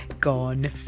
gone